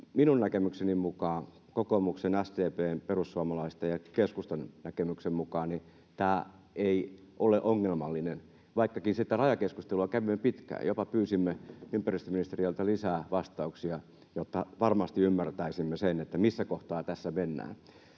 Minun näkemykseni mukaan ja kokoomuksen, SDP:n, perussuomalaisten ja keskustan näkemyksen mukaan tämä ei ole ongelmallinen, vaikkakin sitä rajakeskustelua kävimme pitkään, jopa pyysimme ympäristöministeriöltä lisää vastauksia, jotta varmasti ymmärtäisimme sen, missä kohtaa tässä mennään.